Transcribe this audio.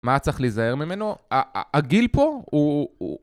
מה צריך להיזהר ממנו, ה.. הגיל פה הוא.. הוא..